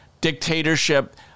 dictatorship